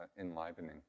enlivening